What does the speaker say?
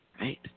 right